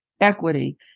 equity